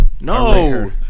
No